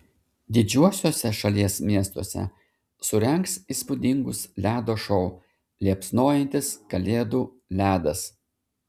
didžiuosiuose šalies miestuose surengs įspūdingus ledo šou liepsnojantis kalėdų ledas